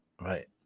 Right